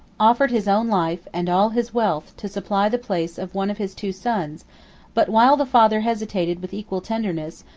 offered his own life, and all his wealth, to supply the place of one of his two sons but, while the father hesitated with equal tenderness,